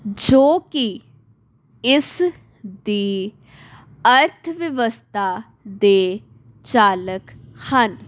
ਜੋ ਕਿ ਇਸ ਦੀ ਅਰਥ ਵਿਵਸਥਾ ਦੇ ਚਾਲਕ ਹਨ